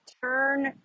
turn